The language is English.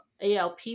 ALP